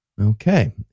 Okay